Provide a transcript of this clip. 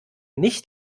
nicht